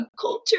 culture